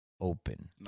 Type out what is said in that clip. Open